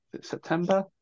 September